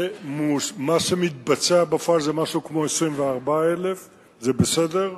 מה שמתבצע בפועל זה משהו כמו 24,000, זה בסדר,